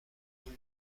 vous